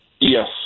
Yes